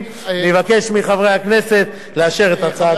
אני מבקש מחברי הכנסת לאשר את הצעת החוק.